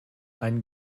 ein